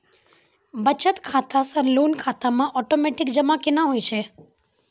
बचत खाता से लोन खाता मे ओटोमेटिक जमा केना होय छै?